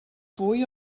fwy